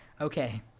okay